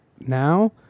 now